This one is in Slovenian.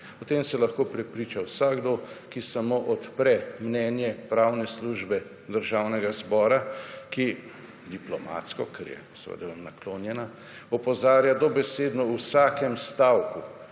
O tem se lahko prepriča vsakdo, ki samo odpre mnenje pravne službe DZ, ki diplomatsko, ker seveda vam naklonjena opozarja v dobesedno vsakem stavku,